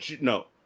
no